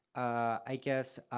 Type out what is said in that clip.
i guess,